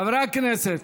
חברי הכנסת,